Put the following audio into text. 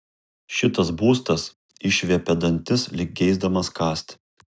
šitas būstas išviepia dantis lyg geisdamas kąsti